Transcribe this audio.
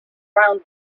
round